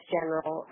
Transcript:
General